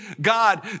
God